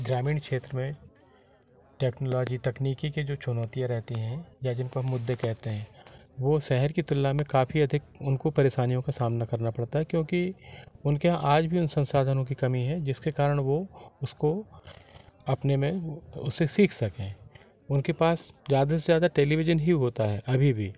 ग्रामीण क्षेत्र में टेक्नोलोजी तकनीकी की जो चुनौतियाँ रहती हैं या जिन पर मुद्दे कहते हैं वह शहर की तुलना में काफ़ी अधिक उनको परेशानियों का सामना करना पड़ता है क्योंकि उनके आज भी उन संसाधनों की कमी है जिसके कारण वह उसको अपने में उसे सीख सकें उनके पास ज़्यादा से ज़्यादा टेलिविजन ही होता है अभी भी